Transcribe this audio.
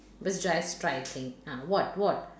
but just try it thing ah what what